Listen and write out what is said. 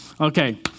Okay